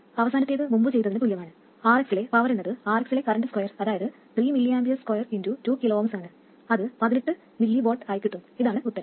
അവസാനത്തേത് മുമ്പു ചെയ്തതിനു തുല്യമാണ് Rx ലെ പവർ എന്നത് Rx ലെ കറൻറ് സ്ക്വൊയർ അതായത് 2 2 kΩ ആണ് അത് 18 mW ആയി കിട്ടും ഇതാണ് ഉത്തരം